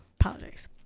Apologies